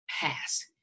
pass